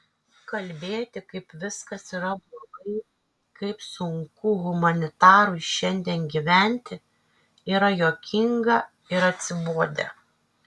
kalbėti kaip viskas yra blogai kaip sunku humanitarui šiandien gyventi yra juokinga ir atsibodę